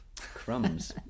crumbs